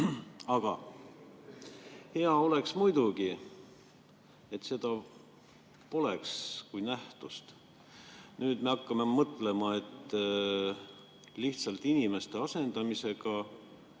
Aga hea oleks muidugi, et seda kui nähtust poleks. Nüüd me hakkame mõtlema, et lihtsalt inimeste asendamisega